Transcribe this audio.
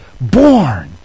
born